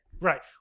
right